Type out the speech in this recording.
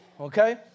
okay